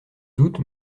doute